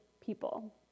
people